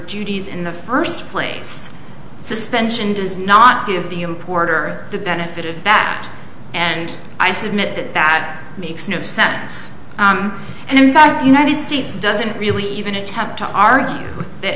judi's in the first place suspension does not give the importer the benefit of that and i submit that that makes no sense and in fact the united states doesn't really even attempt to argue that